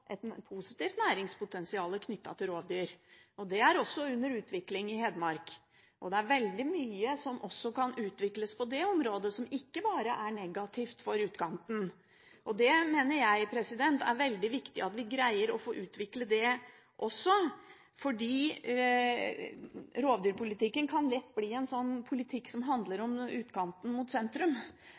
et positivt næringspotensial knyttet til rovdyr. Det er også under utvikling i Hedmark. Det er veldig mye som kan utvikles på det området, som ikke bare er negativt for utkanten. Jeg mener det er veldig viktig at vi greier å få utviklet det også, for rovdyrpolitikken kan lett handle om utkanten mot sentrum. Jeg tror at vi her kan skape en bedre allianse hvis vi støtter bedre opp om